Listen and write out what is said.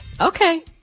Okay